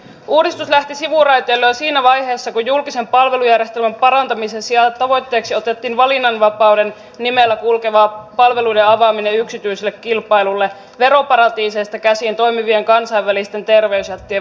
uudistus lähti sivuraiteille jo siinä vaiheessa kun julkisen palvelujärjestelmän parantamisen sijaan tavoitteeksi otettiin valinnanvapauden nimellä kulkeva palveluiden avaaminen yksityiselle kilpailulle veroparatiiseista käsin toimivien kansainvälisten terveysjättien voiton tavoittelulle